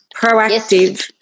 proactive